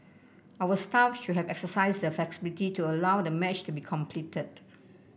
our staff should have exercised the flexibility to allow the match to be completed